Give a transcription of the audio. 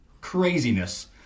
craziness